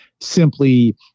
simply